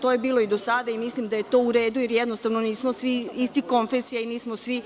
To je bilo i do sada i mislim da je to u redu, jer jednostavno nismo svi istih konfesija i nismo svi